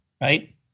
right